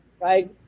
Right